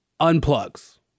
unplugs